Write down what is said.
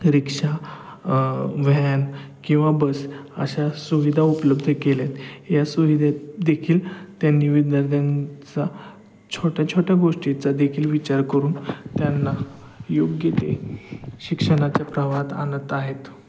रिक्षा van किंवा bus अशा सुविधा उपलब्ध केल्या आहेत या सुविधेत देखील त्यांनी विद्यार्थ्यांचा छोट्या छोट्या गोष्टीचा देखील विचार करून त्यांना योग्य ते शिक्षणाच्या प्रवाहात आणत आहेत